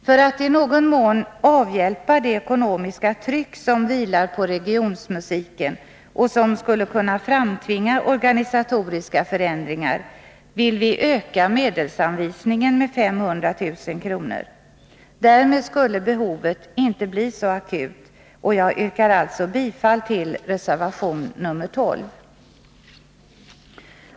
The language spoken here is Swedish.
För att i någon mån kunna avhjälpa det ekonomiska tryck som åvilar regionmusiken — och som skulle kunna framtvinga organisatoriska förändringar — vill vi öka medelsanvisningen med 500 000 kr. Därmed skulle behovet inte bli så akut, och jag yrkar alltså bifall till reservation nr 12.